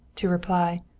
to reply